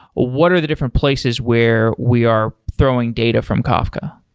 what are the different places where we are throwing data from kafka?